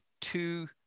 two